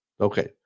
Okay